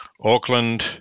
Auckland